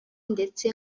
ndetse